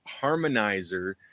harmonizer